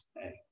Hey